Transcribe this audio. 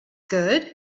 good